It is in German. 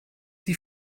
die